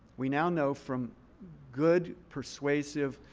we now know from good persuasive